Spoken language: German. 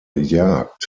jagd